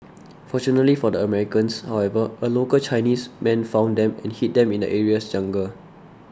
fortunately for the Americans however a local Chinese man found them and hid them in the area's jungle